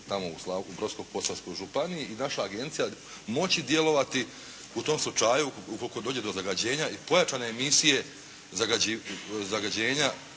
u Brodsko-posavskoj županiji i naša agencija moći djelovati u tom slučaju, ukoliko dođe do zagađenja i pojačane emisije zagađenja,